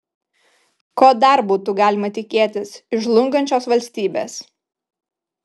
ko dar būtų galima tikėtis iš žlungančios valstybės